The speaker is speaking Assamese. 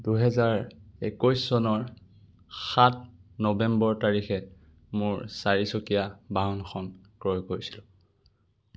দুহেজাৰ একৈছ চনৰ সাত নৱেম্বৰ তাৰিখে মোৰ চাৰিচকীয়া বাহনখন ক্ৰয় কৰিছিলোঁ